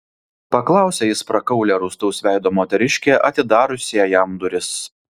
paklausė jis prakaulią rūstaus veido moteriškę atidariusią jam duris